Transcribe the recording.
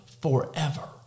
forever